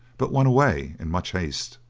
but went away in much haste.